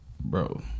Bro